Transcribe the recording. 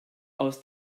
aus